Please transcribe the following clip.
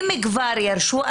אם הם כבר ירשו,